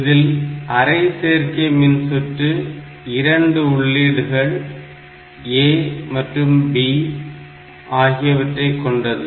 இதில் அரை சேர்க்கை மின்சுற்று இரண்டு உள்ளீடுகள் A மற்றும் B ஆகியவற்றைக் கொண்டது